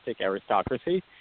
aristocracy